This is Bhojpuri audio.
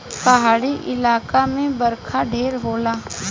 पहाड़ी इलाका मे बरखा ढेर होला